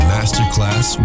Masterclass